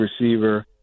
receiver